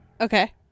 Okay